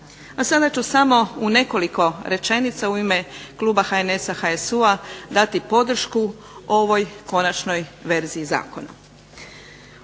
A sada ću samo u nekoliko rečenica u ime kluba HNS-HSU-a dati podršku ovoj konačnoj verziji zakona.